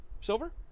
Silver